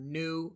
new